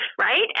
right